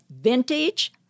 vintage